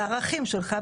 בערכים שלך,